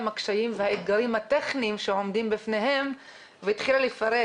הקשיים והאתגרים הטכניים שעומדים בפניהם והתחילה לפרט,